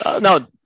No